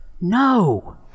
no